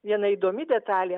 viena įdomi detalė